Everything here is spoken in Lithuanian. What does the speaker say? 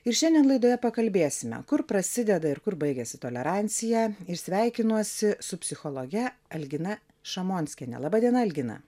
ir šiandien laidoje pakalbėsime kur prasideda ir kur baigiasi tolerancija ir sveikinuosi su psichologe algina šalomskiene laba diena algina